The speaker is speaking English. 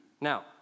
Now